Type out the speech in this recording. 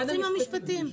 היועצים המשפטיים.